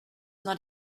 not